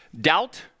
Doubt